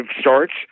starts